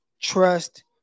trust